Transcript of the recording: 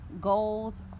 goals